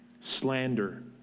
slander